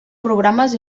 programes